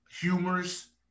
humorous